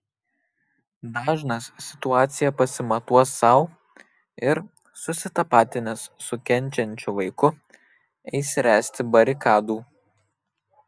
dažnas situaciją pasimatuos sau ir susitapatinęs su kenčiančiu vaiku eis ręsti barikadų